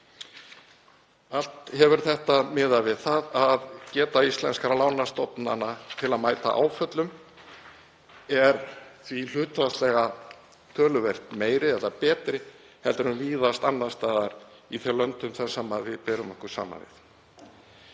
Allt hefur þetta miðast við það að geta íslenskra lánastofnana til að mæta áföllum verði hlutfallslega töluvert meiri eða betri en víðast annars staðar í þeim löndum sem við berum okkur saman við.